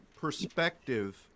perspective